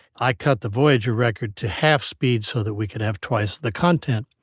i cut the voyager record to half speed so that we could have twice the content.